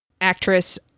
actress